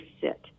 sit